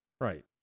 Right